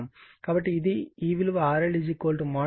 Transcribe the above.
కాబట్టి ఇది ఈ విలువ RL Rg j x g XL అవుతుంది